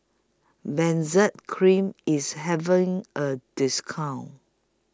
Benzac Cream IS having A discount